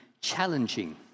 challenging